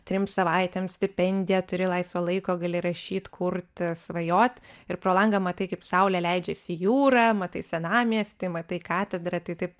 trim savaitėms stipendiją turi laisvo laiko gali rašyt kurt svajot ir pro langą matai kaip saulė leidžiasi į jūrą matai senamiestį matai katedrą tai taip